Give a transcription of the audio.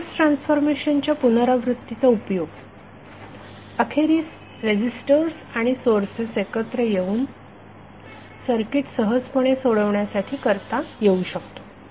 source ट्रान्सफॉर्मेशनच्या पुनरावृत्तीचा उपयोग अखेरीस रेझीस्टर्स आणि सोर्सेस एकत्र येऊन सर्किट सहजपणे सोडवण्यासाठी करता येऊ शकतो